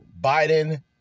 Biden